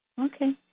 Okay